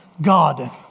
God